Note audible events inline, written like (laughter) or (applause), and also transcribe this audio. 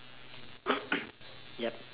(coughs) yup